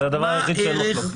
וזה הדבר היחיד שאין מחלוקת.